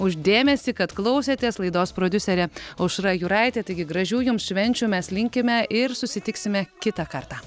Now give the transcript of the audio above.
už dėmesį kad klausėtės laidos prodiuserė aušra juraitė taigi gražių jums švenčių mes linkime ir susitiksime kitą kartą